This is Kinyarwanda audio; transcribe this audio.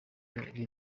biri